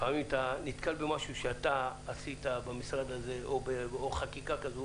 לפעמים אתה נתקל במשהו שאתה עשית במשרד הזה או חקיקה כזו,